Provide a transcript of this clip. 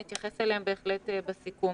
נתייחס אליהן בהחלט בסיכום.